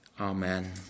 Amen